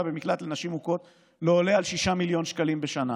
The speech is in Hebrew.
במקלט לנשים מוכות לא עולה על 6 מיליון שקלים בשנה,